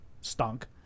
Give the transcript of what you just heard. stunk